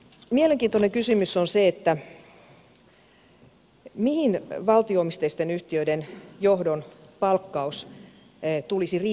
mielenkiintoinen kysymys on se mihin valtio omisteisten yhtiöiden johdon palkkaus tulisi rinnastaa